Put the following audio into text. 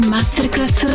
Masterclass